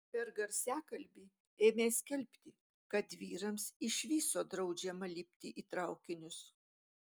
per garsiakalbį ėmė skelbti kad vyrams iš viso draudžiama lipti į traukinius